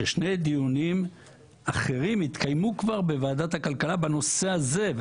ששני דיונים אחרים התקיימו כבר בוועדת הכלכלה בנושא הזה.